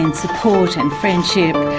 and support, and friendship.